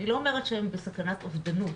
אני לא אומרת שהם בסכנת אובדנות,